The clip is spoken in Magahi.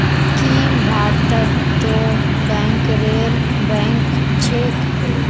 की भारतत तो बैंकरेर बैंक छेक